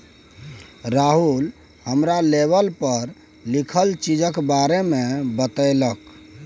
राहुल हमरा लेवल पर लिखल चीजक बारे मे बतेलक